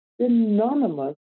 synonymous